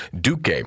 Duque